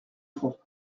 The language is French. trois